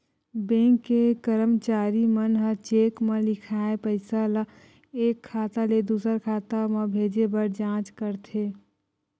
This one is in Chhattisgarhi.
बेंक के करमचारी मन ह चेक म लिखाए पइसा ल एक खाता ले दुसर खाता म भेजे बर जाँच करथे